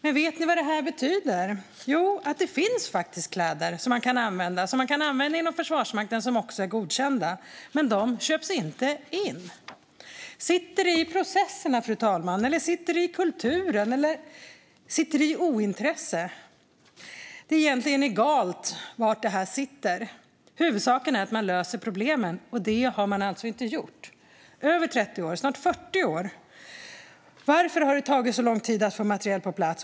Men vet ni vad detta betyder? Jo, det betyder att det faktiskt finns kläder som man kan använda inom Försvarsmakten och som också är godkända. Men de köps inte in. Sitter det i processerna, fru talman, i kulturen eller i ett ointresse? Det är egentligen egalt var det sitter. Huvudsaken är att man löser problemet, och det har man alltså inte gjort. Varför har det tagit över 30 år, snart 40 år, att få materiel på plats?